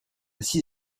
six